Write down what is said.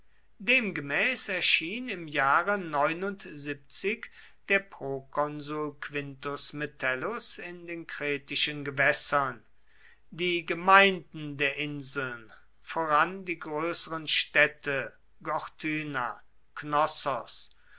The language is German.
demgemäß erschien im jahre der prokonsul quintus metellus in den kretischen gewässern die gemeinden der insel voran die größeren städte gortyna knossos